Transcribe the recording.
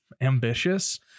ambitious